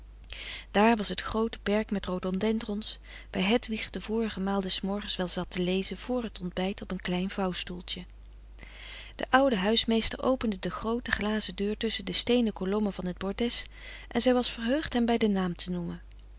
daar was het groote perk met rhododendrons waar hedwig de vorige maal des morgens wel zat te lezen vr t ontbijt op een klein vouwstoeltje de oude huismeester opende de groote glazen deur tusschen de steenen kolommen van het bordes en zij was verheugd hem bij den naam te noemen